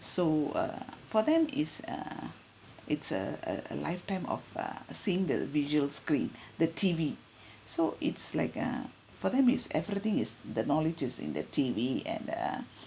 so err for them is err it's a a a lifetime of err seeing the visual screen the T_V so it's like uh for them it's everything is the knowledge is in the T_V and the